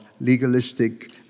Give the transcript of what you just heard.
legalistic